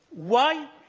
why?